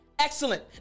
Excellent